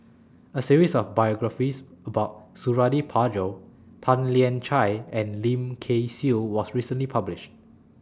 A series of biographies about Suradi Parjo Tan Lian Chye and Lim Kay Siu was recently published